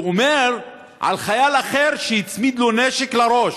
שאומר על חייל אחר, שהצמיד לו נשק לראש,